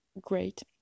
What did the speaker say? great